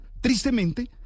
Tristemente